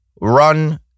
run